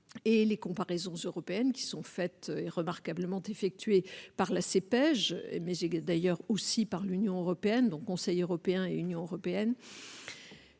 et les comparaisons européennes qui sont faites et remarquablement effectués par la C. Paige et mais d'ailleurs aussi par l'Union européenne dont conseil européen et Union européenne.